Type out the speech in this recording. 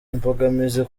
imbogamizi